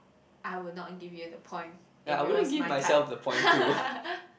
I would not give you the point if it was my card